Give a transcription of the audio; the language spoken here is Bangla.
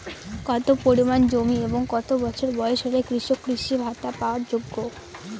কত পরিমাণ জমি এবং কত বছর বয়স হলে কৃষক কৃষি ভাতা পাওয়ার যোগ্য?